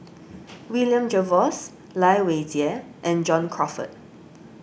William Jervois Lai Weijie and John Crawfurd